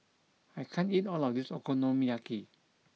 I can't eat all of this Okonomiyaki